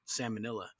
salmonella